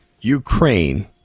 Ukraine